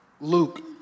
Luke